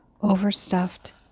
overstuffed